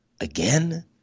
again